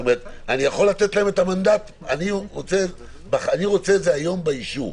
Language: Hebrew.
אני רוצה את זה היום באישור.